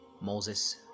Moses